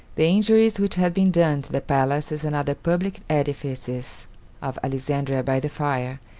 the injuries which had been done to the palaces and other public edifices of alexandria by the fire,